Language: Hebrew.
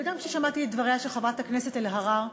וגם כששמעתי את דבריה של חברת הכנסת אלהרר,